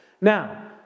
Now